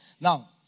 Now